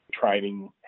training